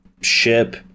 ship